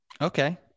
okay